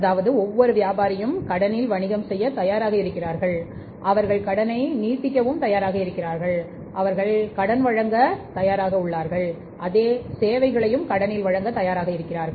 அதாவது ஒவ்வொருவியாபாரியும் கடனில் வணிகம் செய்யத் தயாராக இருக்கிறார் அவர் கடனை நீட்டிக்கத் தயாராக இருக்கிறார் அவர்கடன் வழங்கலின் காலத்தை நீட்டிக்கத் தயாராக உள்ளார் அதேஅதேபோல சேவைகளையும் கடனில் வழங்க தயாராக உள்ளார்கள்